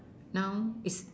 now is